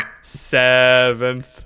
Seventh